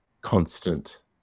constant